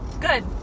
Good